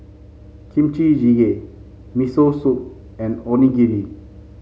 Kimchi Jjigae Miso Soup and Onigiri